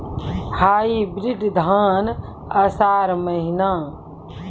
Hybrid धान आषाढ़ महीना?